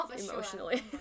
emotionally